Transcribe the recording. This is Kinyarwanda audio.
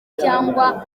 cyangwa